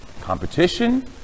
competition